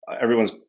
everyone's